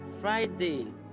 Friday